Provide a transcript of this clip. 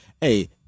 hey